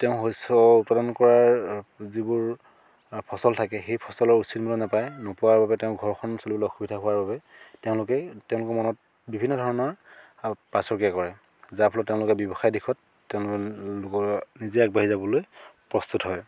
তেওঁ শস্য উৎপাদন কৰাৰ যিবোৰ ফচল থাকে সেই ফচলৰ উচিত মূল্য নাপায় নোপোৱাৰ বাবে তেওঁ ঘৰখন চলিবলৈ অসুবিধা হোৱাৰ বাবে তেওঁলোকেই তেওঁলোকৰ মনত বিভিন্ন ধৰণৰ পাৰ্শ্বক্ৰিয়া কৰে যাৰ ফলত তেওঁলোকে ব্যৱসায়ৰ দিশত তেওঁলোক লোকৰ নিজে আগবাঢ়ি যাবলৈ প্ৰস্তুত হয়